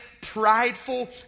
prideful